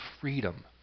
freedom